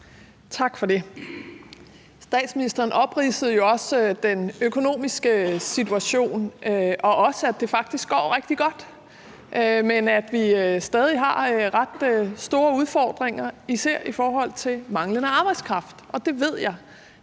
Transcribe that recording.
Tak for det. Statsministeren opridsede jo den økonomiske situation og også, at det faktisk går rigtig godt, men at vi stadig har ret store udfordringer, især i forhold til manglende arbejdskraft, og det ved jeg